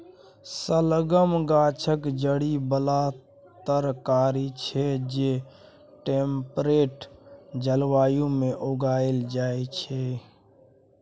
शलगम गाछक जड़ि बला तरकारी छै जे टेम्परेट जलबायु मे उगाएल जाइ छै